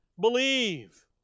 believe